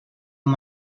amb